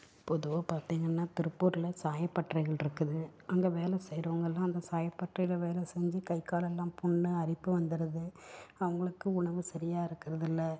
பொதுவா பார்த்தீங்கன்னா திருப்பூரில் சாயப்பட்டறைகள் இருக்குது அங்கே வேலை செய்யறவங்கள்லாம் அந்த சாயப்பட்டறையில் வேலை செஞ்சு கை கால்லாம் புண்ணு அரிப்பு வந்துருது அவங்களுக்கு உணவு சரியாக இருக்கிறதுல்ல